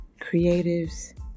Creatives